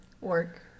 Work